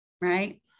Right